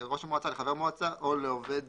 ולחבר מועצה או לעובד